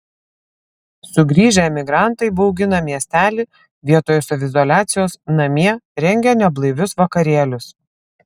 sugrįžę emigrantai baugina miestelį vietoje saviizoliacijos namie rengia neblaivius vakarėlius